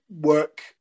work